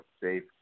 safe